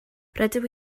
rydw